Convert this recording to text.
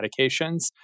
medications